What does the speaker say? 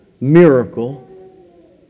miracle